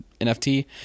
NFT